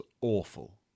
awful